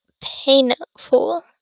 painful